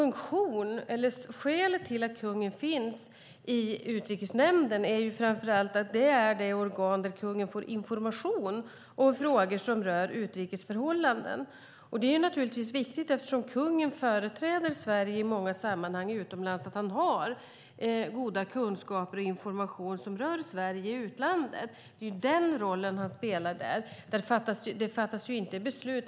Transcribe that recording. Nja, skälet till att kungen finns i Utrikesnämnden är framför allt att det är det organ där kungen får information om frågor som rör utrikes förhållanden. Det är naturligtvis viktigt, eftersom kungen företräder Sverige i många sammanhang utomlands, att han har goda kunskaper och information som rör Sverige i utlandet. Det är den rollen han spelar där. Det fattas ju inte beslut.